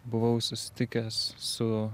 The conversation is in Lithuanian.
buvau susitikęs su